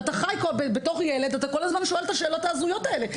אתה חי בתור ילד ושואל את השאלות ההזויות האלה,